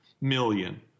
million